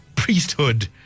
priesthood